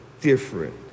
different